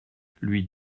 lui